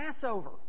Passover